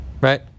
Right